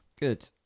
Good